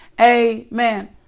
Amen